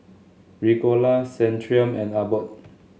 Ricola Centrum and Abbott